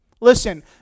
Listen